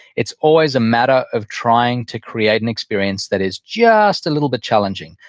it's always a matter of trying to create an experience that is just a little bit challenging,